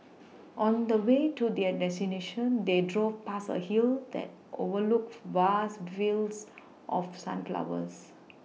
on the way to their destination they drove past a hill that overlooked vast fields of sunflowers